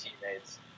teammates